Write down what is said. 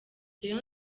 rayon